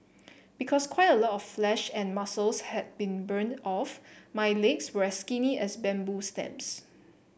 because quite a lot of flesh and muscles had been burnt off my legs were as skinny as bamboo stems